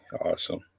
awesome